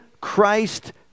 Christ